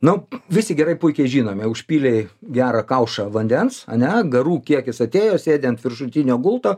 nu visi gerai puikiai žinome užpylei gerą kaušą vandens ane garų kiekis atėjo sėdi ant viršutinio gulto